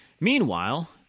Meanwhile